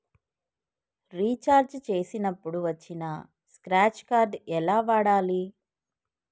Recharge చేసినప్పుడు వచ్చిన scratch card ఎలా వాడాలి?